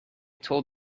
told